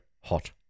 Hot